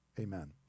amen